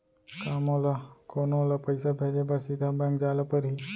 का मोला कोनो ल पइसा भेजे बर सीधा बैंक जाय ला परही?